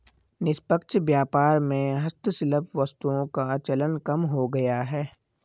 निष्पक्ष व्यापार में हस्तशिल्प वस्तुओं का चलन कम हो गया है